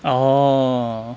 orh